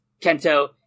Kento